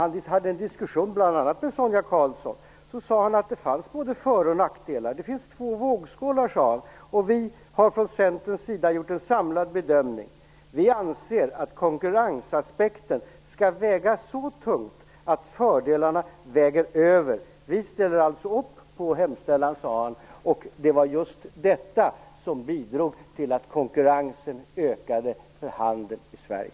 Han hade en diskussion med bl.a. Sonja Karlsson, och han sade att det fanns både för och nackdelar: Det finns två vågskålar, och vi har från Centerns sida gjort en samlad bedömning. Vi anser att konkurrensaspekten skall väga så tungt att fördelarna väger över. Vi ställer alltså upp på hemställan. Det var just detta som bidrog till att konkurrensen ökade för handeln i Sverige.